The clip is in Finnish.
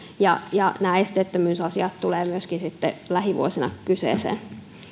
ja ja nämä esteettömyysasiat tulevat myöskin lähivuosina kyseeseen